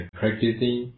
practicing